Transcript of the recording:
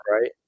right